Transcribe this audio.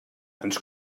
ens